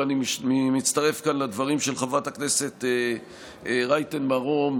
ואני מצטרף כאן לדברים של חברת הכנסת רייטן מרום,